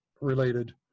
related